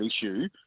issue